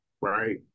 right